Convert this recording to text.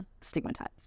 stigmatized